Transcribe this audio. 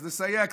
אז נסייע קצת.